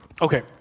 okay